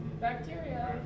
bacteria